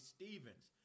Stevens